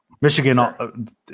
Michigan